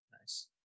Nice